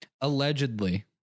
Allegedly